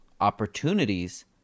opportunities